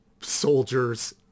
soldiers